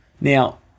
Now